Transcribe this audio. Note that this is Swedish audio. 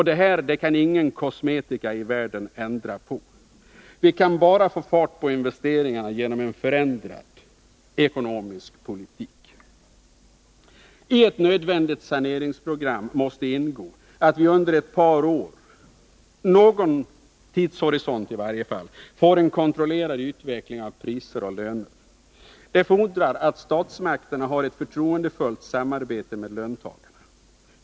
Det kan inga kosmetika i världen ändra på. Vi kan få fart på investeringarna bara genom en förändrad ekonomisk politik. I ett nödvändigt saneringsprogram måste ingå att vi under ett par år — i varje fall med någon tidshorisont — får en kontrollerad utveckling av priser och löner. Det fordrar att statsmakterna har ett förtroendefullt samarbete med löntagarna.